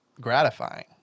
gratifying